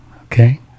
Okay